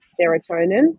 serotonin